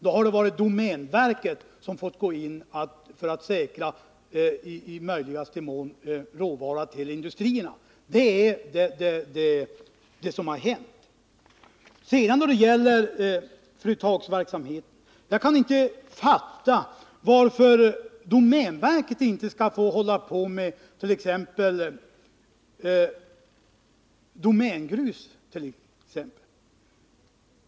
då har domänverket fått gå in för att i möjligaste mån säkra råvara till industrierna. Det är vad som har hänt. När det gäller företagsverksamheten kan jag inte fatta varför domänverket inte skall få handla med t.ex. Domängrus.